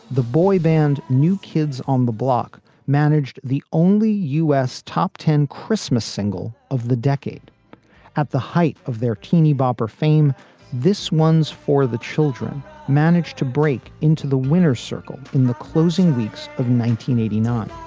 the boy band new kids on the block managed the only u s. top ten christmas single of the decade at the height of their teeny bopper fame this one's for the children managed to break into the winner's circle in the closing weeks of eighty nine.